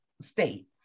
state